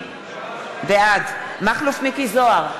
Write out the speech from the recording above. בעד מכלוף מיקי זוהר,